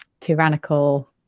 tyrannical